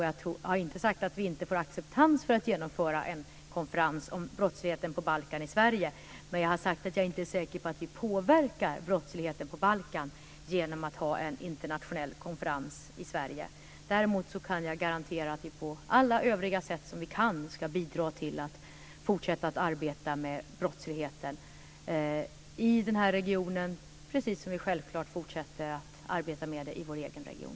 Jag har inte sagt att vi inte får acceptans för att i Sverige genomföra en konferens om brottsligheten på Balkan, utan jag har sagt att jag inte är säker på att vi påverkar brottsligheten på Balkan genom att ha en internationell konferens i Sverige. Däremot kan jag garantera att vi, på alla övriga sätt vi kan, ska bidra till fortsatt arbete med brottsligheten i den aktuella regionen, precis som vi självklart fortsätter att arbeta med det i vår egen region.